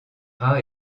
rats